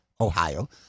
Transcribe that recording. Ohio